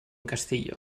castillo